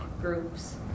groups